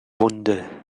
wunde